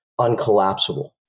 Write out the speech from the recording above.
uncollapsible